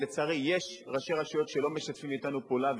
ולצערי יש ראשי רשויות שלא משתפים אתנו פעולה,